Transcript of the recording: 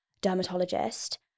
dermatologist